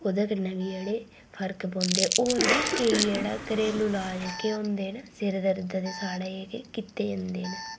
ओह्दे कन्नै बी जेह्ड़े फर्क पौंदे होर बी केईं जेह्ड़ा घरेलू लाज जेह्के होंदे न सिरै दर्द दे साढ़ै जेह्ड़े कीते जंदे न